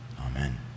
amen